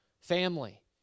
family